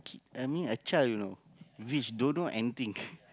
kid I mean a child you know which don't know anything